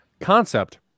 Concept